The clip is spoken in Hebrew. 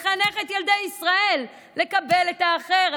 לחנך את ילדי ישראל לקבל את האחר,